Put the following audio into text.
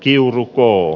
kiuru l